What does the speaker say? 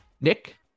Nick